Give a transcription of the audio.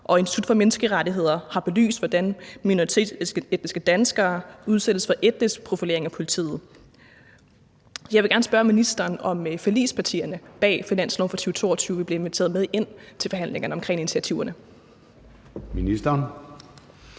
og Institut for Menneskerettigheder har belyst, hvordan minoritetsetniske danskere udsættes for etnisk profilering af politiet. Jeg vil gerne spørge ministeren, om forligspartierne bag finansloven for 2022 vil blive inviteret med ind til forhandlingerne om initiativerne. Kl.